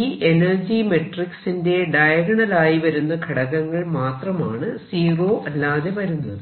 ഈ എനർജി മെട്രിക്സിന്റെ ഡയഗണൽ ആയി വരുന്ന ഘടകങ്ങൾ മാത്രമാണ് 0 അല്ലാതെ വരുന്നത്